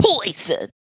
Poison